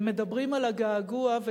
מדברים על הגעגוע,